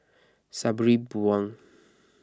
Sabri Buang